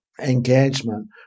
engagement